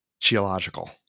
Geological